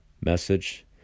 message